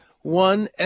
one